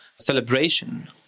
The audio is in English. celebration